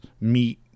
meat